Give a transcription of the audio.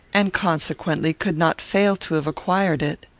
and consequently could not fail to have acquired it.